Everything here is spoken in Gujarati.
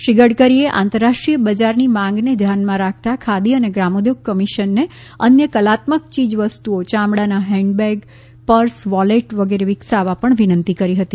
શ્રી ગડકરીએ આંતરરાષ્ટ્રીય બજારની માગંને ધ્યાનમાં રાખતા ખાદી અને ગ્રામોદ્યોગ કમિશનને અન્ય કલામતક ચીજ વસ્તુઓ ચામડાના હેન્ડબેગ પર્સ વોલેટ વગેરે વિકસાવવા પણ વિનંતી કરી હતી